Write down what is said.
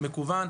מקוון,